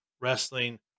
Wrestling